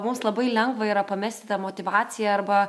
mums labai lengva yra pamesti motyvaciją arba